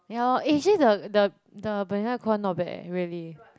ya loh actually the the the banila and co [one] not bad eh really